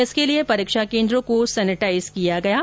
इसके लिए परीक्षा केन्द्रों को सेनिटाइज कर दिया गया है